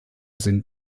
sind